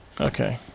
Okay